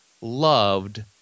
loved